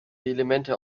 elemente